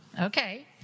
okay